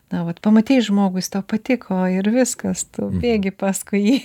na vat pamatei žmogų jis tau patiko ir viskas tu bėgi paskui jį